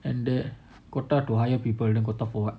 and the quota to hire people with the quota for what